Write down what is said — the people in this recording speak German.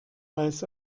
weiß